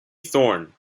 thorn